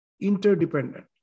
interdependent